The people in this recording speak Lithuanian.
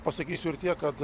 pasakysiu ir tiek kad